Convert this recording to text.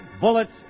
Bullets